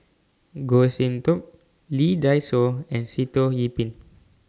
Goh Sin Tub Lee Dai Soh and Sitoh Yih Pin